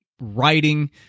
writing